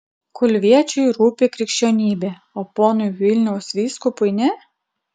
kulviečiui rūpi krikščionybė o ponui vilniaus vyskupui ne